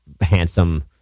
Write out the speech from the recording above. handsome